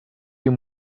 you